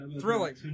Thrilling